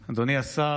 אדוני השר,